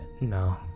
No